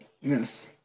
Yes